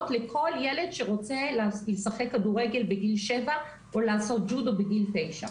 לכל ילד שרוצה לשחק כדורגל בגיל שבע או לעשות ג'ודו בגיל תשע.